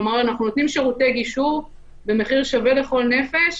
כלומר אנחנו נותנים שירותי גישור במחיר שווה לכל נפש